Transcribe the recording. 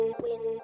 win